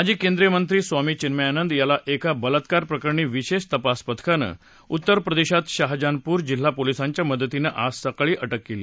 माजी केंद्रीय मंत्री स्वामी चिन्मयानंद याला एका बलात्कार प्रकरणी विशेष तपास पथकानं उत्तरप्रदेशात शहजहानपूर जिल्हा पोलिसांच्या मदतीनं आज सकाळी अटक केली